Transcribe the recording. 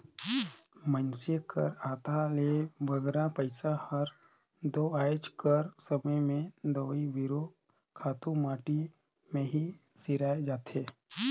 मइनसे कर आधा ले बगरा पइसा हर दो आएज कर समे में दवई बीरो, खातू माटी में ही सिराए जाथे